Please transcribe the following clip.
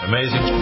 Amazing